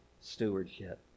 stewardship